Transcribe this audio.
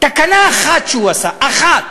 תקנה אחת שהוא עשה, אחת,